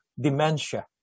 dementia